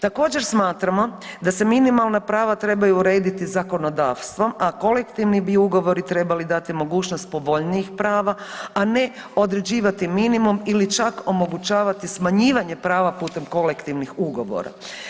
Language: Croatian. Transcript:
Također, smatramo da se minimalna prava trebaju urediti zakonodavstvom, a kolektivni bi ugovori trebali dati mogućnost povoljnijih prava, a ne određivati minimum ili čak omogućavati smanjivanje prava putem kolektivnih ugovora.